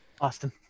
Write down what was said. Austin